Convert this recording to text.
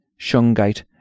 shungite